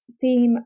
theme